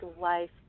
life